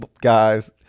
guys